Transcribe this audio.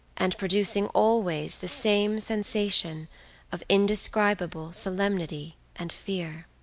and producing always the same sensation of indescribable solemnity and fear.